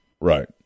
Right